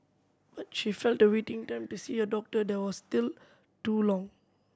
but she felt the waiting time to see a doctor there was still too long